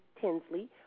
Tinsley